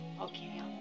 Okay